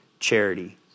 Charity